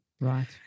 Right